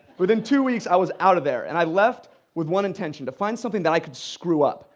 within two weeks, i was out of there, and i left with one intention to find something that i could screw up.